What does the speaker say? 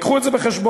תביאו את זה בחשבון.